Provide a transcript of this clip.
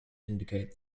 indicate